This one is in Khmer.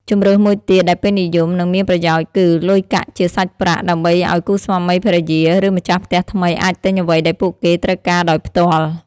ជម្រើសមួយទៀតដែលពេញនិយម និងមានប្រយោជន៍គឺ លុយកាក់ជាសាច់ប្រាក់ ដើម្បីឱ្យគូស្វាមីភរិយា ឬម្ចាស់ផ្ទះថ្មីអាចទិញអ្វីដែលពួកគេត្រូវការដោយផ្ទាល់។